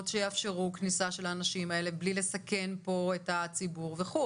שיאפשרו כניסה של האנשים האלה בלי לסכן פה את הציבור וכולי.